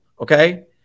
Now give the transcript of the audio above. okay